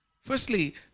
firstly